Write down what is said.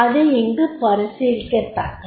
அது இங்கு பரிசீலிக்கத்தக்கது